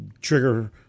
trigger